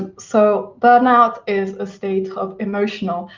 ah so burnout is a state of emotional,